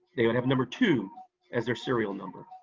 they would have number two as their serial number.